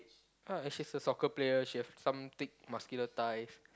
ah and she's a soccer player she have some thick muscular thighs